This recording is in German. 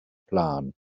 plan